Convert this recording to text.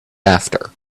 after